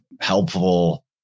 helpful